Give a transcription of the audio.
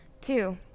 Two